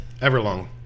Everlong